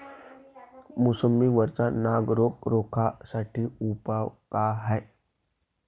मोसंबी वरचा नाग रोग रोखा साठी उपाव का हाये?